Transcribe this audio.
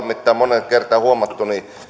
mittaan moneen kertaan huomanneet